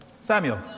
Samuel